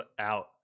out